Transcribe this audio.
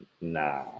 Nah